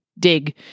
dig